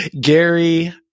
Gary